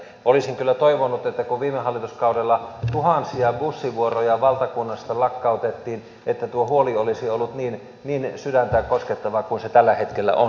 olisin kyllä toivonut että kun viime hallituskaudella tuhansia bussivuoroja valtakunnasta lakkautettiin tuo huoli olisi ollut niin sydäntä koskettavaa kuin se tällä hetkellä on